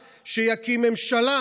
אדלשטיין.